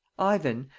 ivan,